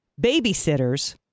Babysitters